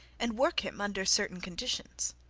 and work him under certain conditions.